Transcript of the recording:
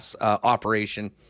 operation